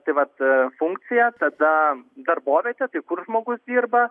tai vat funkcija tada darbovietė tai kur žmogus dirba